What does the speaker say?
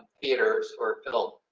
theaters or little.